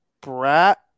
Brat